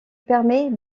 permet